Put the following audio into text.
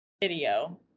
video